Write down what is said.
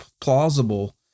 plausible